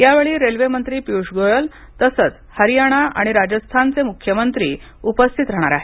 यावेळी रेल्वेमंत्री पियुष गोयल तसच हरियाणा आणि राजस्थानचे मुख्यमंत्री उपस्थित राहणार आहेत